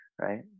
right